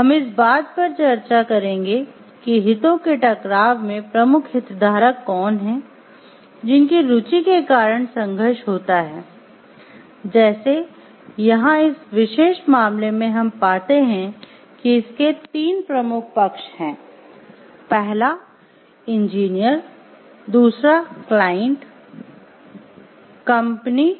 हम इस बात पर चर्चा करेंगे कि हितों के टकराव में प्रमुख हितधारक कौन हैं जिनकी रुचि के कारण संघर्ष होता है जैसे यहाँ इस विशेष मामले में हम पाते हैं कि इसके तीन प्रमुख पक्ष हैं पहला इंजीनियर दूसरा क्लाइंट कंपनी